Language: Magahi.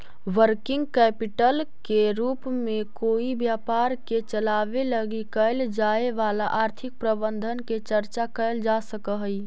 वर्किंग कैपिटल के रूप में कोई व्यापार के चलावे लगी कैल जाए वाला आर्थिक प्रबंधन के चर्चा कैल जा सकऽ हई